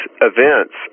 events